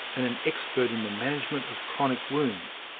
and an expert in the management of chronic wounds.